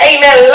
Amen